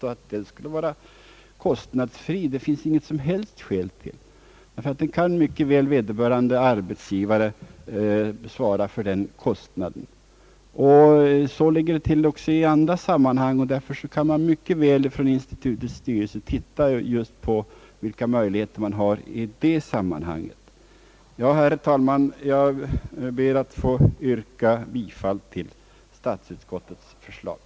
Att denna utbildning skulle vara kostnadsfri finns det inga som helst skäl till — vederbörande arbetsgivare kan mycket väl svara för den kostnaden. Så ligger det till också i andra sammanhang. Därför kan institutets styrelse mycket väl titta på vilka möjligheter man här har. Herr talman! Jag ber att få yrka bifall till statsutskottets förslag.